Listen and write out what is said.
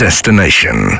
destination